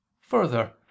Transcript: Further